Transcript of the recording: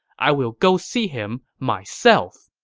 i will go see him myself.